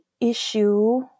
issue